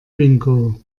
bingo